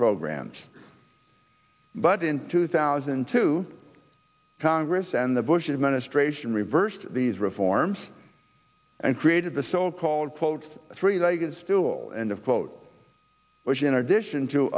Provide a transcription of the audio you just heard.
programs but in two thousand and two congress and the bush administration reversed these reforms and created the so called quote three legged stool end of quote which in addition to